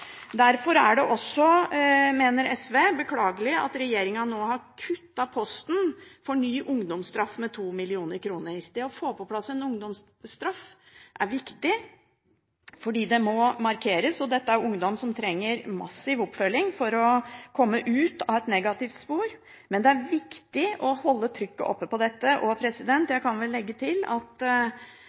Derfor er det også, mener SV, beklagelig at regjeringen nå har kuttet posten for ny ungdomsstraff med 2 mill. kr. Det å få på plass en ungdomsstraff er viktig, fordi det må markeres, og dette er ungdom som trenger massiv oppfølging for å komme ut av et negativt spor. Men det er viktig å holde trykket oppe på dette, og jeg kan vel legge til at